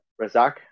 Razak